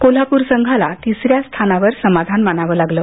कोल्हापुर संघाला तिस या स्थानावर समाधान मानावं लागलं